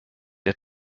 der